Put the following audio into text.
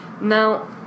Now